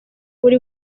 uri